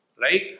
Right